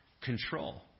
control